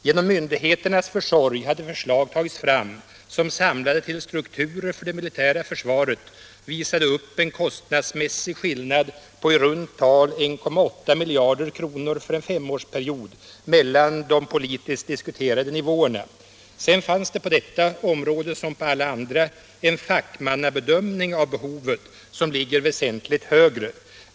Genom myndigheternas försorg hade förslag tagits fram, som samlade till strukturer för det militära försvaret visade upp en kostnadsmässig skillnad på i runt tal 1,8 miljarder kronor för en femårsperiod mellan de politiskt diskuterade nivåerna. Sedan finns på detta område som på alla andra en fackmannabedömning av behovet som ligger väsentligt högre.